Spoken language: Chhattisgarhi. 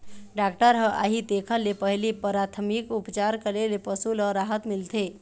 डॉक्टर ह आही तेखर ले पहिली पराथमिक उपचार करे ले पशु ल राहत मिलथे